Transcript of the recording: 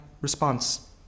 response